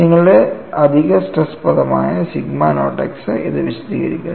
നിങ്ങളുടെ അധിക സ്ട്രെസ് പദമായ സിഗ്മ നോട്ട് x ഇത് വിശദീകരിക്കും